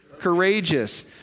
courageous